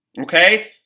okay